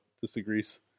disagrees